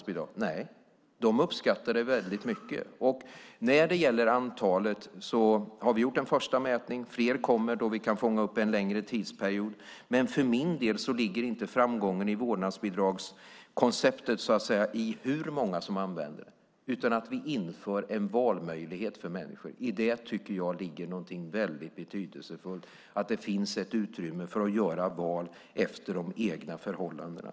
Nej, de uppskattar vårdnadsbidraget väldigt mycket. Vi har gjort en första mätning av antalet. Fler kommer då vi kan fånga upp en längre tidsperiod. Men för min del ligger framgången i vårdnadsbidragskonceptet inte i hur många som använder vårdnadsbidraget utan i att vi inför en valmöjlighet för människor. Jag tycker att det ligger någonting mycket betydelsefullt i att det finns ett utrymme för att göra val efter de egna förhållandena.